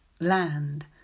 land